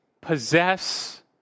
possess